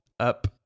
up